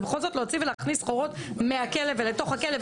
זה בכל זאת להוציא ולהכניס סחורות מהכלא ולתוך הכלא.